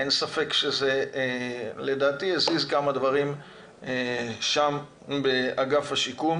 אין ספק שזה יזיז כמה דברים באגף השיקום,